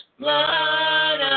blood